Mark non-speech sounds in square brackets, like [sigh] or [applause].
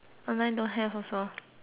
[noise]